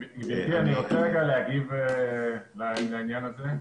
גברתי, אני רוצה להגיב לעניין הזה.